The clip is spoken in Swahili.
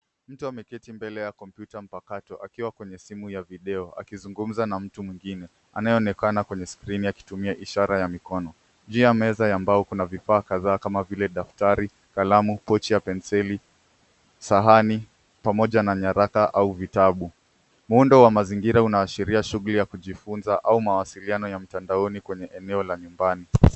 Mtu ameketi mbele ya komputa mpakato akiwa kwenye simu ya video akizugumza na mtu mwengine anayeonekana kwenye skrini akitumia ishara ya mikono. juu ya meza ya bao kuna vifaa kadhaa kama vile daftari, kalamu, pochi ya penseli, sahani pamoja na nyaraka au vitabu. Muundo wa mazingira unaashiria shughuli ya kujifunza au mawasiliano ya mtandaoni kwenye eneo la nyumbani.